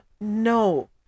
no